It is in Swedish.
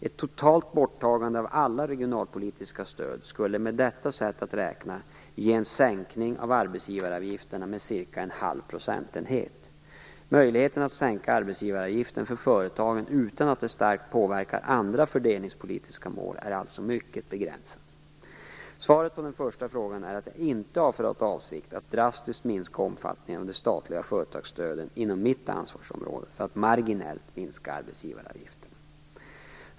Ett totalt borttagande av alla regionalpolitiska stöd skulle med detta sätt att räkna ge en sänkning av arbetsgivaravgifterna med cirka en halv procentenhet. Möjligheterna att sänka arbetsgivaravgifterna för företagen utan att det starkt påverkar andra fördelningspolitiska mål är alltså mycket begränsade. Svaret på den första frågan är att jag inte har för avsikt att drastiskt minska omfattningen av de statliga företagsstöden inom mitt ansvarsområde för att marginellt minska arbetsgivaravgifterna.